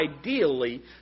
ideally